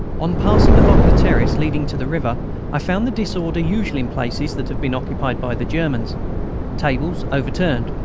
on passing along the terrace leading to the river i found the disorder usual in places that have been occupied by the germans tables overturned,